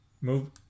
move